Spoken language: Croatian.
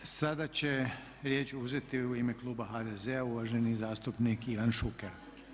Sada će riječ uzeti u ime kluba HDZ-a uvaženi zastupnik Ivan Šuker.